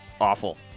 awful